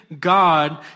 God